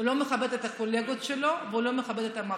הוא לא מכבד את הקולגות שלו והוא לא מכבד את המקום,